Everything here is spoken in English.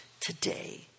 today